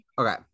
Okay